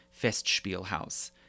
Festspielhaus